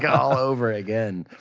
all over again.